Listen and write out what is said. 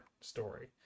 story